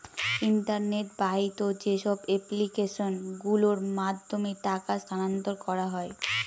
internet বাহিত যেসব application গুলোর মাধ্যমে টাকা স্থানান্তর করা হয়